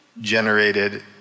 generated